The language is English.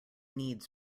needs